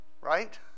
Right